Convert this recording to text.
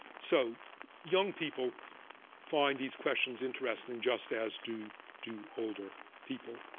so young people find these questions interesting just as do do older people.